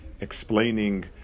explaining